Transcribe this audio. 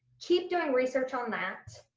keep doing research on that.